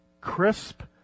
crisp